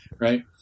right